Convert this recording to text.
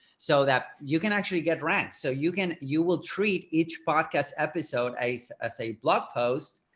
so that you can actually get ranked so you can you will treat each podcast episode a as a blog post,